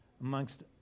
amongst